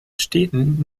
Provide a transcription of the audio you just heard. städten